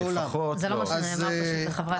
זה פשוט לא מה שנאמר לחברי הכנסת.